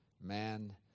Man